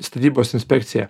statybos inspekcija